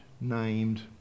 named